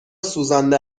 سوزانده